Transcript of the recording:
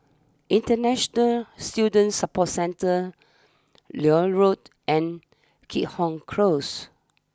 International Student Support Centre Lloyd Road and Keat Hong close